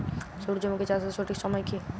সূর্যমুখী চাষের সঠিক সময় কি?